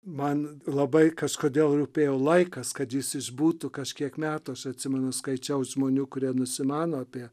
man labai kažkodėl rūpėjo laikas kad jis išbūtų kažkiek metuose atsimenu skaičiau žmonių kurie nusimano apie